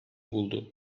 buldu